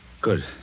Good